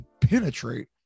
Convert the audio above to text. penetrate